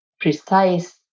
precise